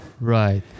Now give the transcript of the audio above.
right